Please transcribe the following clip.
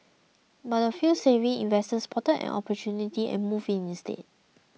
but a few savvy investors spotted an opportunity and moved in instead